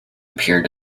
appeared